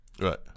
Right